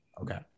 Okay